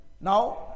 now